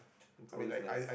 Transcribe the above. it's always nice